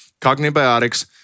CogniBiotics